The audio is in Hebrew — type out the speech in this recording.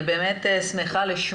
אני באמת לשמוע,